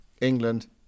England